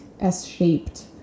s-shaped